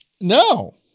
No